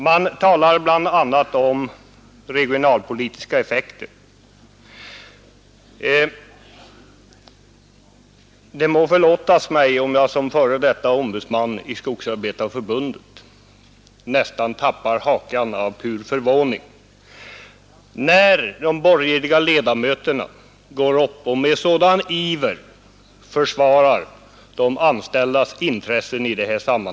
Det har bl.a. talats om regionalpolitiska effekter, och då må det förlåtas mig om jag som f.d. ombudsman i Skogsarbetareförbundet nästan tappar hakan av pur förvåning, när de borgerliga ledamöterna går upp och med sådan iver försvarar de anställdas intressen i detta fall.